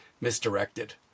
misdirected